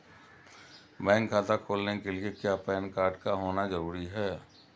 Bank खाता खोलने के लिए क्या पैन कार्ड का होना ज़रूरी है?